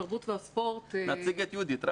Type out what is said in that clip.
התרבות והספורט --- תציג את יהודית.